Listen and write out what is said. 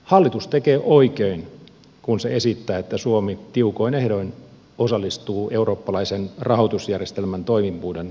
hallitus tekee oikein kun se esittää että suomi tiukoin ehdoin osallistuu eurooppalaisen rahoitusjärjestelmän toimivuuden varmistamiseen